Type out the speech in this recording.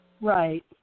Right